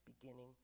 beginning